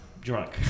drunk